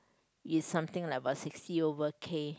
is something like about sixty over K